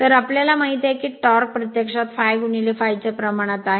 तर आम्हाला माहित आहे की टॉर्क प्रत्यक्षात ∅∅ च्या प्रमाणात आहे